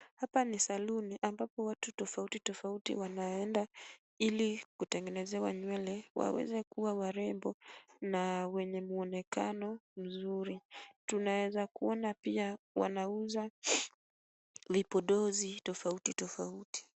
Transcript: Hapa ni saluni ambapo watu tofauti tofauti wanaenda ili kutengenezewa nywele waweze kuwa warembo na wenye mwonekano mzuri. Tunaeza kuona pia wanauza vipodozi tofauti tofauti.